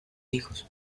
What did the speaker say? hijos